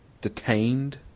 detained